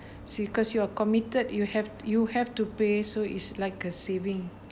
see because you are committed you have you have to pay so it's like a saving